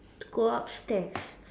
to go upstairs